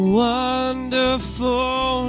wonderful